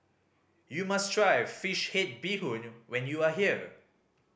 you must try fish head bee hoon when you are here